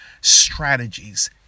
strategies